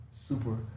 super